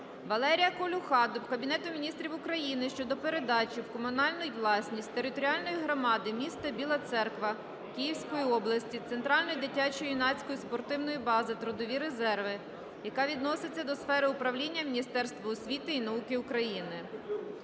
Валерія Колюха до Кабінету Міністрів України щодо передачі в комунальну власність територіальної громади міста Біла Церква Київської області центральної дитячо-юнацької спортивної бази "Трудові резерви", яка відноситься до сфери управління Міністерства освіти і науки України.